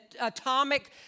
atomic